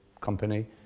company